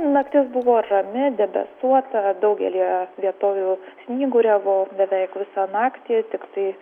naktis buvo rami debesuota daugelyje vietovių snyguriavo beveik visą naktį tiktai